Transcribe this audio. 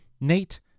Nate